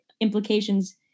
implications